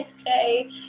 Okay